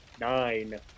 Nine